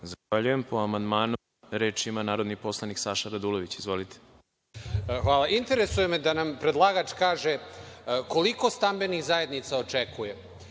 Zahvaljujem. Po amandmanu, reč ima narodni poslanik Saša Radulović. **Saša Radulović** Interesuje me da nam predlagač kaže koliko stambenih zajednica očekuje,